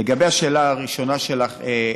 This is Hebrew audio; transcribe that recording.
לגבי השאלה הראשונה שלך,